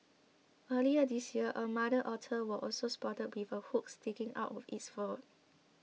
earlier this year a mother otter was also spotted with a hook sticking out of its fur